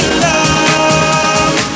love